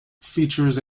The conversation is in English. features